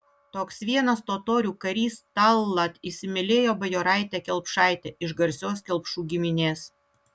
toks vienas totorių karys tallat įsimylėjo bajoraitę kelpšaitę iš garsios kelpšų giminės